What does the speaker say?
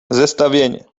zestawienie